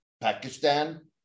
Pakistan